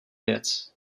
věc